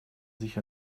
sich